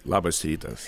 labas rytas